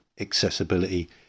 accessibility